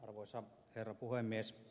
arvoisa herra puhemies